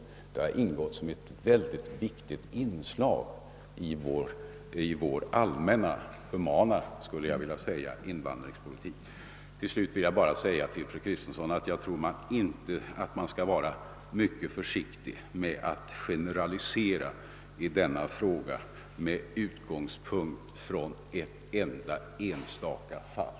Detta har ingått som ett väsentligt led i vår invandringspolitik. Till slut vill jag bara säga till fru Kristensson, att jag tror att man skall vara mycket försiktig med att generalisera i denna fråga med utgångspunkt i ett enstaka fall.